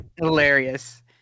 hilarious